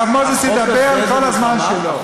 הרב מוזס ידבר בכל הזמן שלו.